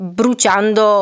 bruciando